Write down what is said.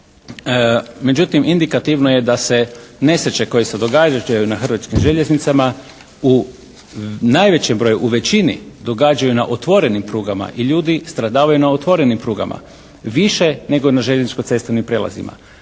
Međutim indikativno je da se nesreće koje se događaju na hrvatskim željeznicama u najvećem broju, u većini događaju na otvorenim prugama i ljudi stradavaju na otvorenim prugama, više nego na željezničko-cestovnim prijelazima.